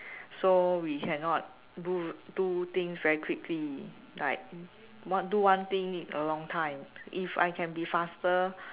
so we cannot do do things very quickly like one do one thing like need a long time if I can be faster